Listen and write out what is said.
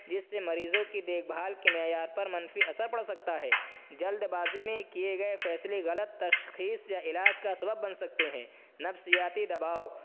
جس سے مریضوں کی دیکھ بھال کے معیار پر منفی اثر پڑ سکتا ہے جلد بازی میں کیے گئے فیصلے غلط تشخیص سے علاج کا سبب بن سکتے ہیں نفسیاتی دباؤ